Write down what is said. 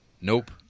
nope